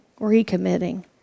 recommitting